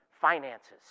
finances